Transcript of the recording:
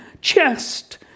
chest